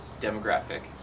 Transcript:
demographic